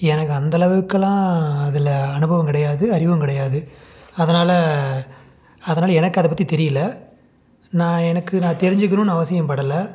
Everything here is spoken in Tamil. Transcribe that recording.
எனக்கு அந்தளவுக்குலாம் அதில் அனுபவம் கிடையாது அறிவும் கிடையாது அதனால் அதனால் எனக்கு அதை பற்றி தெரியல நான் எனக்கு நான் தெரிஞ்சிக்கணும்னு அவசியம் படலை